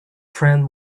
friend